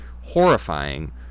horrifying